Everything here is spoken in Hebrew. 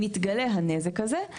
מתגלה הנזק הזה,